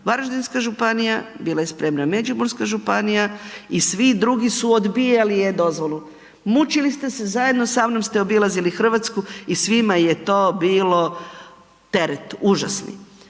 Varaždinska županija, bila je spremna Međimurska županija i svi drugi su odbijali e-dozvolu. Mučili ste se, zajedno sa mnom ste obilazili Hrvatsku i svima je to bilo teret užasni.